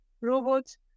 robots